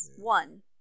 One